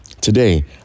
Today